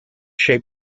shape